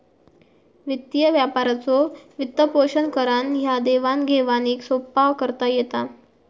वित्तीय व्यापाराचो वित्तपोषण करान ह्या देवाण घेवाणीक सोप्पा करता येता